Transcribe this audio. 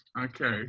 Okay